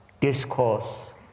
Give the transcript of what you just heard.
discourse